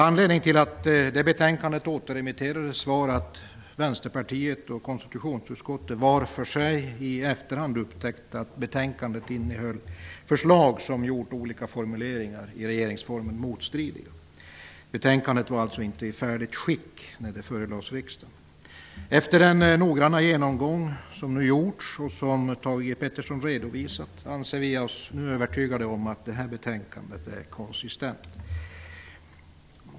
Anledningen till att det betänkandet återremitterades var att Vänsterpartiet och konstitutionsutskottet var för sig i efterhand upptäckte att betänkandet innehöll förslag som gjort olika formuleringar i regeringsformen motstridiga. Betänkandet var alltså inte i färdigt skick när det förelades riksdagen. Efter den noggranna genomgång som nu gjorts, och som Thage G Peterson redovisat, anser vi oss övertygade om att det här betänkandet är konsistent.